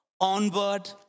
onward